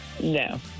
No